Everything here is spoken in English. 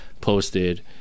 posted